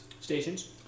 Stations